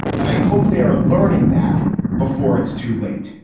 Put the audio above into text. and i hope they're learning that before it's too late.